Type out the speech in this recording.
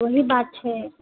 वहीँ बात छै